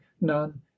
none